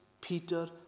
Peter